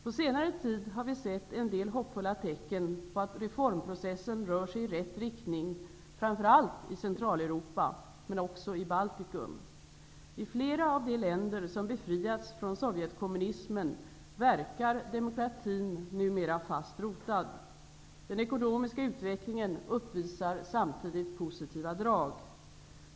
På senare tid har vi sett en del hoppfulla tecken på att reformprocessen rör sig i rätt riktning, framför allt i Centraleuropa men också i Baltikum. I flera av de länder som befriats från sovjetkommunismen verkar demokratin numera fast rotad. Den ekonomiska utvecklingen uppvisar samtidigt positiva drag.